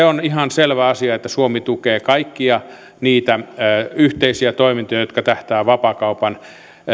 on ihan selvä asia että suomi tukee kaikkia niitä yhteisiä toimintoja jotka tähtäävät vapaakaupan